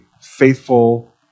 faithful